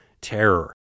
terror